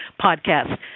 podcast